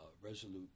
Resolute